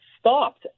Stopped